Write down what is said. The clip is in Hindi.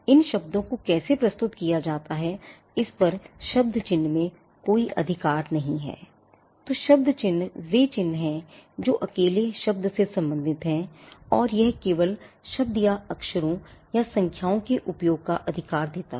इन शब्दों को कैसे प्रस्तुत किया जाता है इस पर शब्द चिह्न में कोई अधिकार नहीं है तो शब्द चिह्न वे चिह्न हैं जो अकेले शब्द से संबंधित हैं और यह केवल शब्द या अक्षरों या संख्याओं के उपयोग का अधिकार देता है